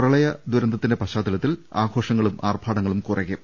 പ്രളയ ദുരന്തത്തിന്റെ പശ്ചാത്തലത്തിൽ ആഘോഷങ്ങളും ആർഭാടങ്ങളും കുറയ്ക്കും